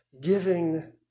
giving